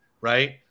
right